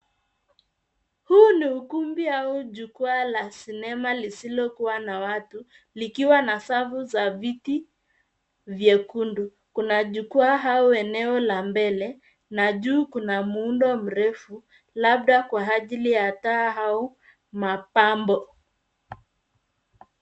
Huu ni ukumbi au jukwaa la sinema lililokuwa na watu likiwa na safu za viti vyekundu. Kuna jukwaa au eneo la mbele na juu kuna muundo mrefu labda kwa ajili ya taa au mapambo.